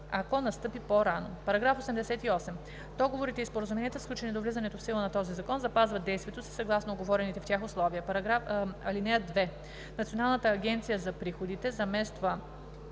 ако настъпи по-рано. § 88. (1) Договорите и споразуменията, сключени до влизането в сила на този закон, запазват действието си съгласно уговорените в тях условия. (2) Националната агенция за приходите замества